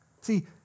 See